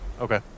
Okay